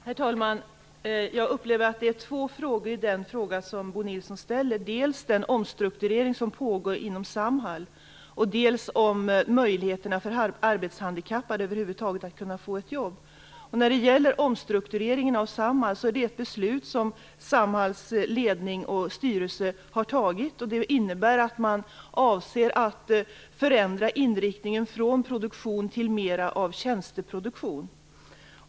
Herr talman! Jag uppfattar två frågor i den fråga Bo Nilsson ställer. Dels frågan om den omstrukturering som pågår inom Samhall, dels frågan om möjligheterna för arbetshandikappade att över huvud taget kunna få ett jobb. När det gäller omstruktureringen av Samhall är det ett beslut som Samhalls ledning och styrelse har tagit och det innebär att man avser att förändra inriktningen från produktion till mera av tjänsteproduktion.